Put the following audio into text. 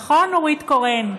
נכון, נורית קורן,